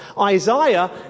Isaiah